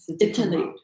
Italy